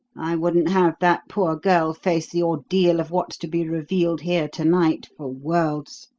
i wouldn't have that poor girl face the ordeal of what's to be revealed here to-night for worlds.